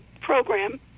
program